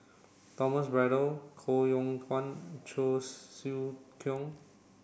Thomas Braddell Koh Yong Guan Cheong Siew Keong